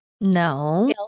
No